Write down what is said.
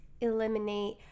eliminate